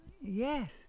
Yes